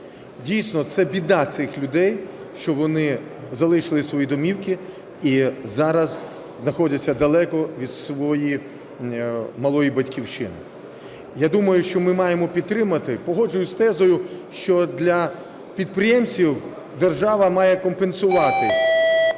Дійсно, це біда цих людей, що вони залишили свої домівки і зараз знаходяться далеко від своєї малої Батьківщини. Я думаю, що ми маємо підтримати. Погоджуюсь з тезою, що для підприємців держава має компенсувати